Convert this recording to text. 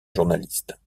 journalistes